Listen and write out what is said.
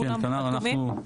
כולם חתומים?